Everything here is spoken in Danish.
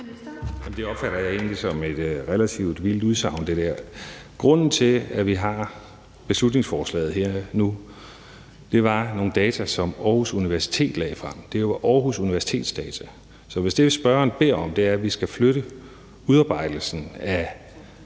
Det opfatter jeg egentlig som et relativt vildt udsagn. Grunden til, at vi har beslutningsforslaget her nu, er nogle data, som Aarhus Universitet har lagt frem. Det er Aarhus Universitets data. Så hvis det, spørgeren beder om, er, at vi skal flytte udarbejdelsen af